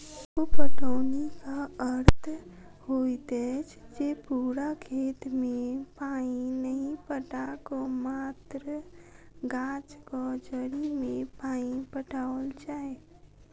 उप पटौनीक अर्थ होइत अछि जे पूरा खेत मे पानि नहि पटा क मात्र गाछक जड़ि मे पानि पटाओल जाय